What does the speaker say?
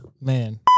Man